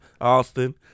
Austin